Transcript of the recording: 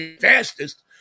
fastest